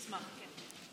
אשמח, כן.